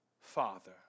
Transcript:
father